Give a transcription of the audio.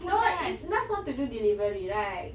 no it's naz want to do delivery right